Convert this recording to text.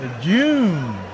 June